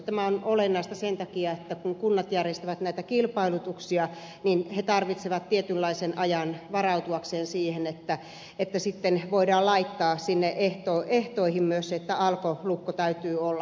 tämä on olennaista sen takia että kun kunnat järjestävät näitä kilpailutuksia niin ne tarvitsevat tietynlaisen ajan varautuakseen siihen että sitten voidaan laittaa sinne ehtoihin myös että alkolukko täytyy olla